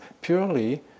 purely